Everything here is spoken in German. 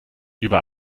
über